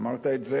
אמרת את זה,